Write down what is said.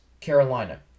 Carolina